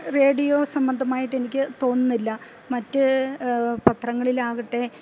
radio സംബന്ധമായിട്ട് എനിക്ക് തോന്നുന്നില്ല മറ്റ് പത്രങ്ങളിലാകട്ടെ